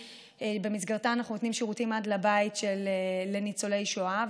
שבמסגרתו אנחנו נותנים שירותים עד לבית לניצולי שואה,